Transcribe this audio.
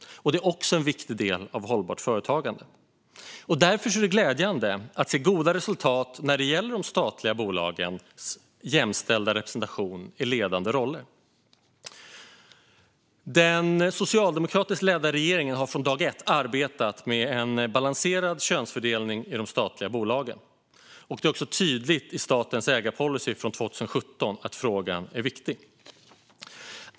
Det är också en viktig del av hållbart företagande. Därför är det glädjande att se goda resultat när det gäller de statliga bolagens jämställda representation i ledande roller. Den socialdemokratiskt ledda regeringen har från dag ett arbetat med att det ska vara en balanserad könsfördelning i de statliga bolagen. Det är också tydligt i statens ägarpolicy från 2017 att frågan är viktig.